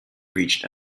reached